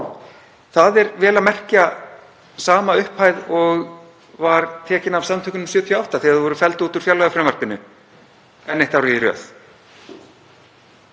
Það er vel að merkja sama upphæð og var tekin af Samtökunum ‘78 þegar þau voru felld út úr fjárlagafrumvarpinu enn eitt árið í röð.